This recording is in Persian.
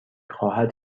خواهد